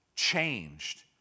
changed